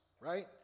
right